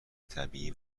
طبیعی